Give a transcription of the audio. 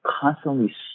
constantly